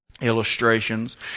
illustrations